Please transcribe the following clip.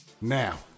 Now